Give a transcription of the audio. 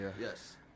yes